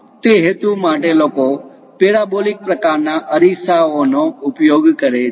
તે હેતુ માટે લોકો પેરાબોલિક પ્રકારના અરીસા ઓનો ઉપયોગ કરે છે